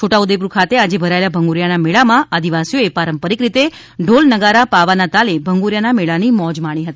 છોટા ઉદેપુર ખાતે આજે ભરાયેલા ભંગુરીયાના મેળામાં આદિવાસીઓએ પારંપરિક રીતે ઠોલ નગારા પાવાના તાલે ભગુંરિયાના મેળાની મોજ માણી હતી